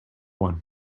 one